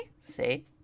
See